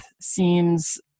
seems